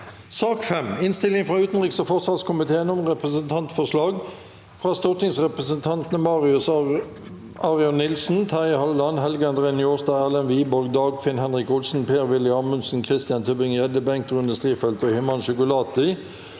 Innstilling fra utenriks- og forsvarskomiteen om Representantforslag fra stortingsrepresentantene Marius Arion Nilsen, Terje Halleland, Helge André Njåstad, Erlend Wiborg, Dagfinn Henrik Olsen, Per-Willy Amundsen, Christian Tybring-Gjedde, Bengt Rune Stri- feldt og Himanshu Gulati